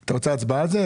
אתה רוצה הצבעה על זה?